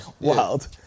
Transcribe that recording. Wild